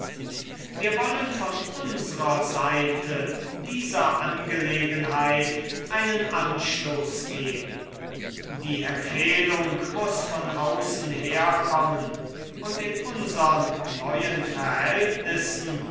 wir wollen von unsrer seite dieser angelegenheit einen anstoß geben die empfehlung muß von außen herkommen und in unsern neuen verhältnissen